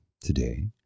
today